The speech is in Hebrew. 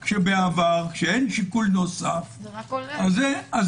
בעבר, כשאין שיקול נוסף, זה מה שקורה.